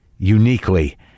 Uniquely